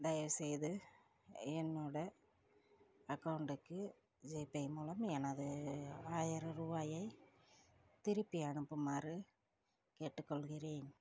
தயவுசெய்து என்னோட அகௌண்ட்டுக்கு ஜிபே மூலம் எனது ஆயிரம் ரூபாயை திருப்பி அனுப்புமாறு கேட்டுக்கொள்கிறேன்